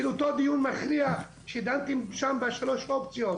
של אותו דיון מכריע שדנתם שם בשלוש אופציות